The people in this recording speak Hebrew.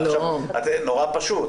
נורא פשוט.